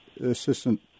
assistant